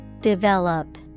Develop